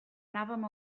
anàvem